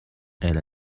elle